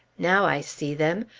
now i see them!